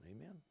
Amen